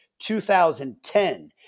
2010